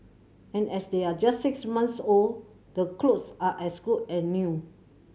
and as they're just six months old the clothes are as good as new